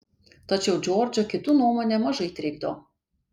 tačiau džordžą kitų nuomonė mažai trikdo